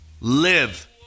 Live